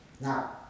Now